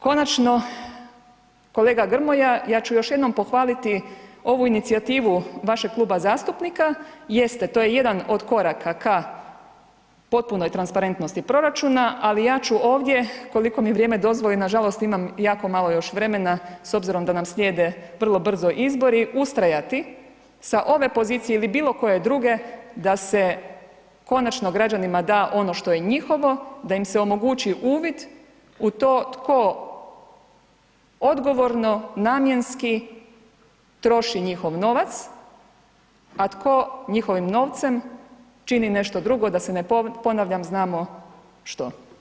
Konačno, kolega Grmoja, ja ću još jednom pohvaliti ovu inicijativu vašeg kluba zastupnika, jeste, to je jedan od koraka ka potpunoj transparentnosti proračuna ali ja ću ovdje koliko mi vrijeme dozvoli, nažalost, imamo jako malo još vremena s obzirom da nam slijede vrlo brzo izbori, ustrajati sa ove pozicije ili bilo koje druge, da se konačno građanima da ono što je njihovo, da im se omogući uvid u to tko odgovorno, namjenski troši njihov novac a tko njihovim novcem čini nešto drugo da se ne ponavljam, znamo što.